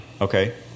Okay